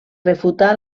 refutar